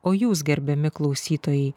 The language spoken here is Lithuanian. o jūs gerbiami klausytojai